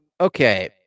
Okay